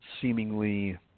seemingly